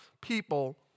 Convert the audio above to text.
people